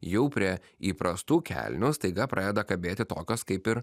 jau prie įprastų kelnių staiga pradeda kabėti tokios kaip ir